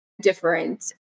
different